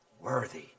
worthy